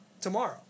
tomorrow